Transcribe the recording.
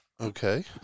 Okay